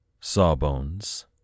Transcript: Sawbones